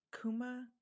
kuma